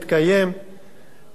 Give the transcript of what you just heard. גם הממשלה,